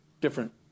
different